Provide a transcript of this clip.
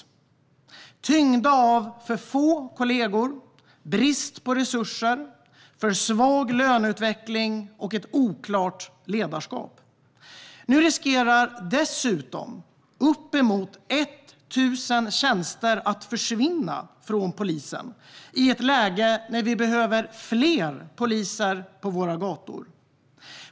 Den är tyngd av för få kollegor, brist på resurser, för svag löneutveckling och ett oklart ledarskap. Nu riskerar dessutom uppemot 1 000 tjänster att försvinna från polisen. Det sker i ett läge när vi behöver fler poliser på våra gator.